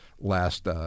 last